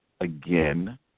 again